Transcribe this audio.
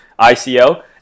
ICO